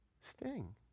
sting